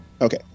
Okay